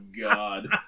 God